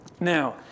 Now